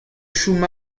chom